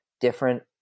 different